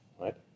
right